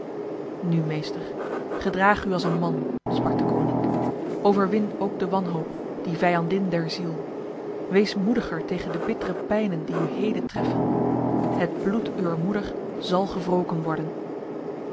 nu meester gedraag u als een man sprak deconinck overwin ook de wanhoop die vijandin der ziel wees moediger tegen de bittere pijnen die u heden treffen het bloed uwer moeder zal gewroken worden